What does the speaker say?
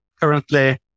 currently